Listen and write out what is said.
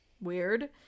Weird